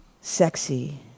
sexy